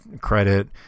credit